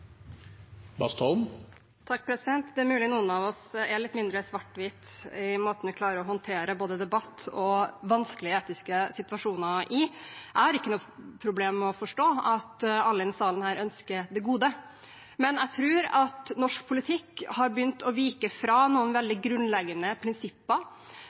mulig noen av oss er litt mindre svart-hvitt i måten vi klarer å håndtere både debatt og vanskelige etiske situasjoner. Jeg har ikke noe problem med å forstå at alle i denne salen ønsker det gode, men jeg tror at norsk politikk har begynt å vike fra noen veldig grunnleggende prinsipper: